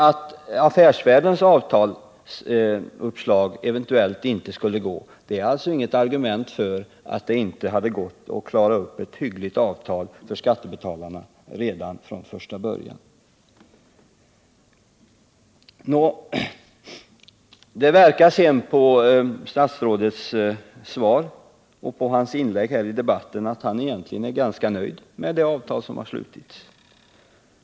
Att Affärsvärldens avtalsuppslag eventuellt inte skulle vara genomförbart är alltså inte något argument för att det inte skulle ha gått att klara av ett hyggligt avtal för skattebetalarna redan från första början. Det verkar som om statsrådet, av svaret på frågorna liksom av hans inlägg här i debatten att döma, egentligen är ganska nöjd med det avtal som har slutits.